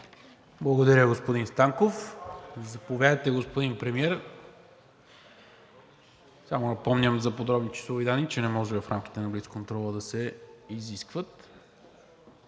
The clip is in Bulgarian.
Благодаря, господин Станков. Заповядайте, господин Премиер. Само напомням – за подробни числови данни, че не може в рамките на блицконтрола да се изискват.